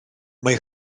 mae